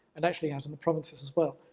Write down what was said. and actually out in the provinces as well,